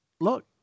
look